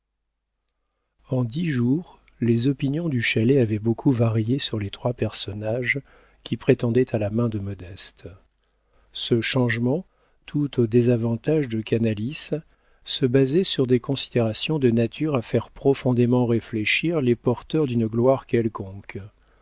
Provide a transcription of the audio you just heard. en dix jours les opinions du chalet avaient beaucoup varié sur les trois personnages qui prétendaient à la main de modeste ce changement tout au désavantage de canalis se basait sur des considérations de nature à faire profondément réfléchir les porteurs d'une gloire quelconque